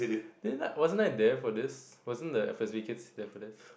then I wasn't I there for this wasn't the kids there for this